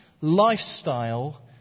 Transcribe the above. lifestyle